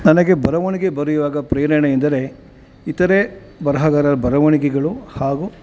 ನನಗೆ ಬರವಣಿಗೆ ಬರೆಯುವಾಗ ಪ್ರೇರಣೆ ಎಂದರೆ ಇತರೆ ಬರಹಗಾರರ ಬರವಣಿಗೆಗಳು ಹಾಗೂ